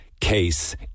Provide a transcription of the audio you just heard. case